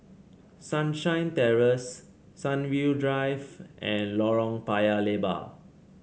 Sunshine Terrace Sunview Drive and Lorong Paya Lebar